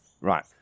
right